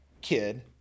kid